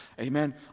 Amen